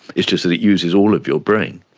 it's just that it uses all of your brain.